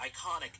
iconic